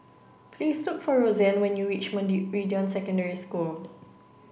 please look for Rozanne when you reach Meridian Secondary School